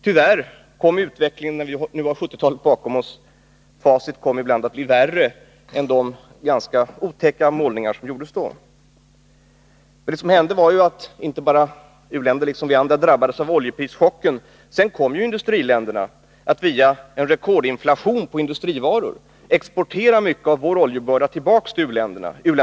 När vi nu har 1970-talet bakom oss, kan vi konstatera att utvecklingen tyvärr delvis kom att bli värre än de ganska otäcka målningar som då gjordes. Vad som hände var ju inte bara att u-länder liksom vi andra drabbades av oljeprischocken. Sedan kom i-länderna att via en rekordinflation på industrivaror exportera mycket av vår oljebörda tillbaka till u-länderna.